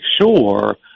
sure